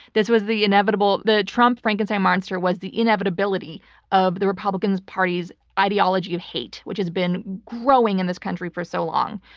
this was the inevitable. the trump frankenstein monster was the inevitability of the republicans party's ideology of hate, which has been growing in this country for so long,